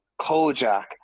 Kojak